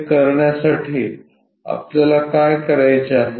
ते करण्यासाठी आपल्याला काय करायचे आहे